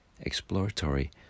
exploratory